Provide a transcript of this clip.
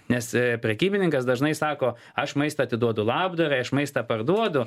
nes prekybininkas dažnai sako aš maistą atiduodu labdarai aš maistą parduodu